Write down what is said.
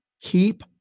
keep